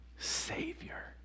Savior